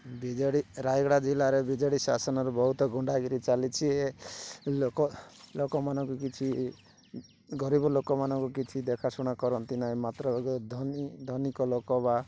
BJD Rayagada ଜିଲ୍ଲାରେ BJD ଶାସନର ବହୁତ ଗୁଣ୍ଡାଗିରୀ ଚାଲିଛି ଲୋକ ଲୋକମାନ ବି କିଛି ଗରିବ ଲୋକମାନଙ୍କୁ କିଛି ଦେଖା ଶୁଣା କରନ୍ତି ନାହିଁ ମାତ୍ର ଧନି ଧନିକ ଲୋକ ବା